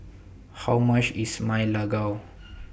How much IS Ma Lai Gao